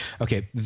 Okay